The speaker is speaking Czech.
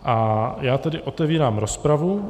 A já tedy otevírám rozpravu.